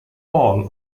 all